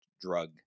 drug